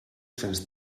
cents